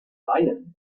laien